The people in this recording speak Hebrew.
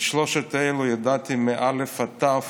את שלושת אלו ידעתי מאל"ף ועד ת"ו